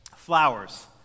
flowers